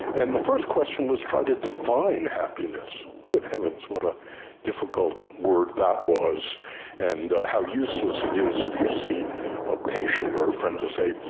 and the first question was try to define happiness. good heavens, what a difficult word that was and how useless it is if you see a patient or a friend to say,